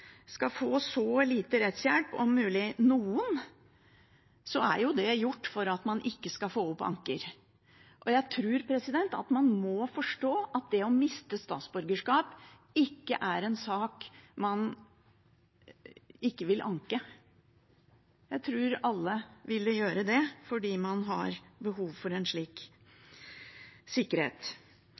skal få så lite rettshjelp – om i det hele tatt noen – er jo det gjort for at man ikke skal få opp anker. Jeg tror at man må forstå at det å miste statsborgerskap ikke er en sak man ikke vil anke. Jeg tror alle ville gjøre det – fordi man har behov for en slik sikkerhet.